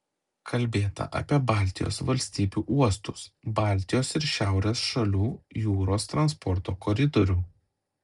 kalbėta apie baltijos valstybių uostus baltijos ir šiaurės šalių jūros transporto koridorių